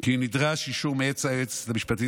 כי נדרש אישור מאת היועצת המשפטית